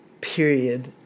period